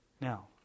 Now